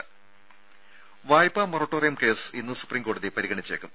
രും വായ്പാ moratorium case ഇന്ന് സുപ്രീം കോടതി പരിഗണിച്ചേക്കും